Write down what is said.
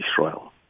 Israel